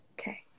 Okay